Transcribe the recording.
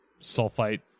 sulfite